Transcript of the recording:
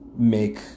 make